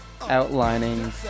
outlining